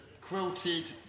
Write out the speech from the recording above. quilted